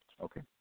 okay